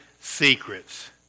secrets